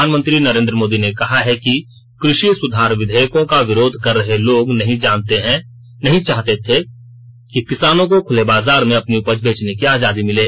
प्रधानमंत्री नरेन्द्र मोदी ने कहा है कि कृषि सुधार विधेयकों का विरोध कर रहे लोग नहीं चाहते कि किसानों को खुले बाजार में अपनी उपज बेचने की आजादी मिले